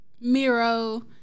Miro